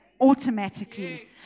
automatically